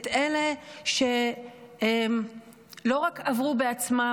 את אלה שלא רק עברו בעצמם,